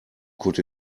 could